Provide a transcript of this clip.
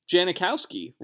Janikowski